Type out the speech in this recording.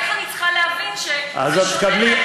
איך אני צריכה להבין שזה שונה,